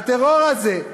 הטרור הזה,